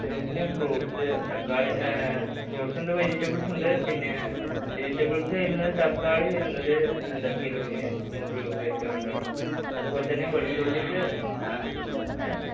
കിലോവിന് fruits തക്കാളി fruits ഉണ്ട് vegetables ഉണ്ട് പിന്നെ വെജിറ്റബിൾസ് വരുന്നത് തക്കാളി വരുന്നത് എന്താണ് കിലോവിന് നൂറ് രൂപ വെച്ചുകൊണ്ടാണ് അതുപോലെ തന്നെ വെളുത്തുള്ളിക്ക്